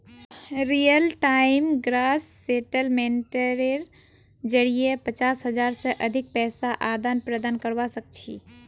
real time gross सेटलमेंटेर जरिये पचास हज़ार से अधिक पैसार आदान प्रदान करवा सक छी